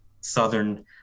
Southern